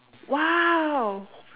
!wow!